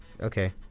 Okay